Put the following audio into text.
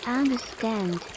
understand